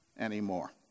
Anymore